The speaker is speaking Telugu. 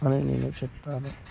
అని నేను చెప్తాను